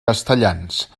castellans